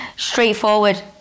Straightforward